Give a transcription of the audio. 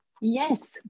Yes